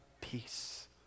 peace